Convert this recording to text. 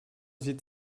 sieht